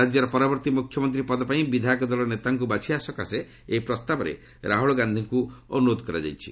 ରାଜ୍ୟର ପରବର୍ତ୍ତୀ ମୁଖ୍ୟମନ୍ତ୍ରୀ ପଦ ପାଇଁ ବିଧାୟକ ଦଳର ନେତାକୁ ବାଛିବା ସକାଶେ ଏହି ପ୍ରସ୍ତାବରେ ରାହୁଳ ଗାନ୍ଧୀଙ୍କୁ ଅନୁରୋଧ କରାଯାଇଛି